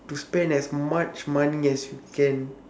to spend as much money as you can